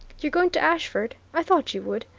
you're going to ashford? i thought you would,